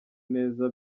neza